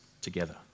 together